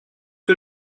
que